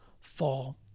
fall